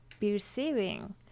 perceiving